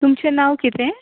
तुमचें नांव कितें